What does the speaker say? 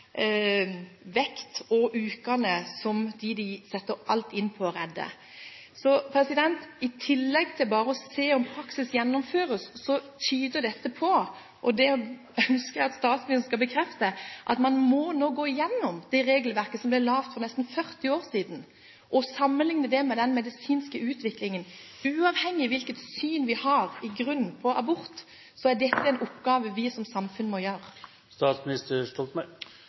som dem man setter alt inn på å redde. I tillegg til bare å se på om praksis gjennomføres, tyder dette på – og det ønsker jeg at statsministeren skal bekrefte – at man nå må gå gjennom det regelverket som ble laget for nesten 40 år siden, og sammenligne det med den medisinske utviklingen. Uavhengig av hvilket grunnsyn vi har på abort, er dette en oppgave vi som samfunn må gjøre.